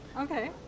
okay